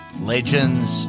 Legends